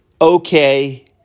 okay